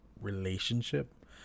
relationship